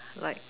like